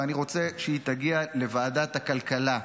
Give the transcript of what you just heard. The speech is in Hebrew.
ואני רוצה שהיא תגיע לוועדת הכלכלה.